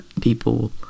people